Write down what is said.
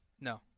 No